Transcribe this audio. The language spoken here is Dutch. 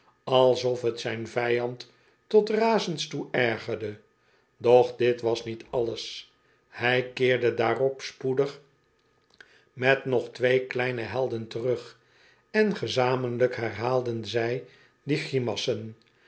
alsof t zijn vijand tot razens toe ergerde doch dit was niet alles hij keerde daarop spoedig met nog twee kleine helden terug en gezamenlijk herhaalden zij